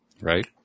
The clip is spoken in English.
Right